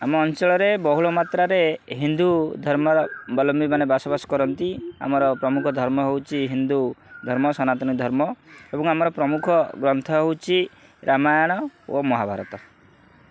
ଆମ ଅଞ୍ଚଳରେ ବହୁଳ ମାତ୍ରାରେ ହିନ୍ଦୁ ଧର୍ମାବଲମ୍ବୀମାନେ ବାସବାସ କରନ୍ତି ଆମର ପ୍ରମୁଖ ଧର୍ମ ହେଉଛି ହିନ୍ଦୁ ଧର୍ମ ସନାତନୀ ଧର୍ମ ଏବଂ ଆମର ପ୍ରମୁଖ ଗ୍ରନ୍ଥ ହେଉଛି ରାମାୟଣ ଓ ମହାଭାରତ